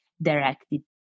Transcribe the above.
directed